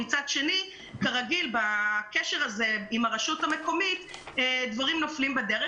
רק שבקשר עם הרשות המקומית דברים נופלים בדרך.